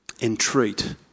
entreat